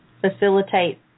facilitate